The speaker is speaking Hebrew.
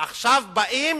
עכשיו באים